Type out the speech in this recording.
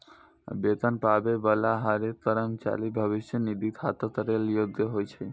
वेतन पाबै बला हरेक कर्मचारी भविष्य निधि खाताक लेल योग्य होइ छै